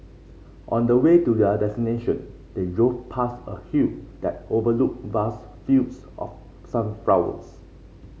on the way to their destination they drove past a hill that overlooked vast fields of sunflowers